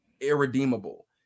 irredeemable